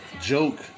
Joke